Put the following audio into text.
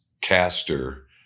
Caster